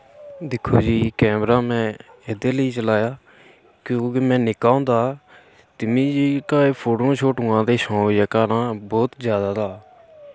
दिक्खो जी कैमरा में एह्दे लेई चलाया क्योंकि में निक्का होंदा हा ते मिकी जेह्का एह् फोटुआं शोटुआं दा शौक जेह्का निं ओह् बहुत जैदा हा